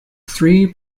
three